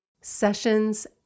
sessions